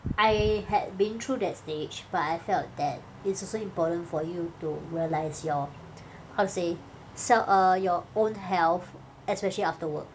I had been through that stage but I felt that it is also important for you to realize your how to say sel~ err your own health especially after work